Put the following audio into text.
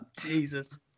Jesus